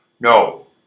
No